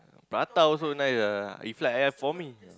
prata also nice ah if like !aiya! for me ya